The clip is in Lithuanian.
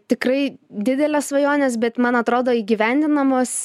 tikrai didelės svajonės bet man atrodo įgyvendinamos